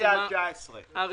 הצבעה בעד,